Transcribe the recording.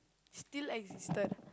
still existed